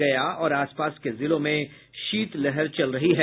गया और आसपास के जिलों में शीतलहर चल रही है